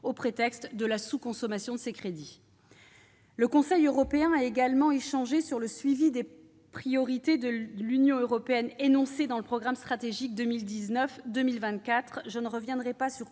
au prétexte de la sous-consommation de ses crédits. Le Conseil européen a également échangé sur le suivi des priorités de l'Union européenne énoncées dans le programme stratégique 2019-2024. Je ne reviendrai pas sur